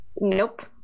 Nope